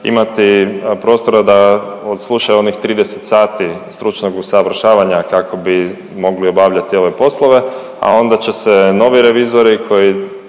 imati prostora da odslušaju onih 30 sati stručnog usavršavanja kako bi mogli obavljati ove poslove, a onda će se novi revizori koji